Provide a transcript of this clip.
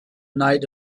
night